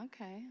Okay